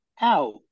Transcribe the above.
out